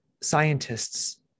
scientists